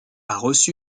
reçu